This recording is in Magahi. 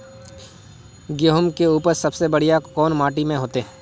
गेहूम के उपज सबसे बढ़िया कौन माटी में होते?